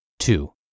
Two